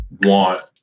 want